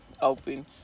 open